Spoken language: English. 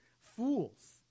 fools